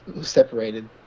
separated